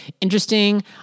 interesting